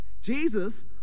Jesus